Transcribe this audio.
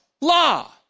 law